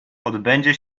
odbędzie